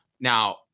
Now